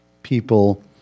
people